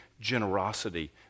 generosity